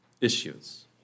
issues